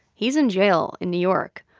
he's in jail in new york.